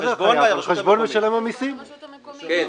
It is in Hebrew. הרשות המקומית יכולה